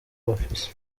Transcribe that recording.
bafise